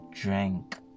drank